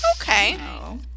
okay